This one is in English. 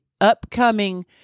upcoming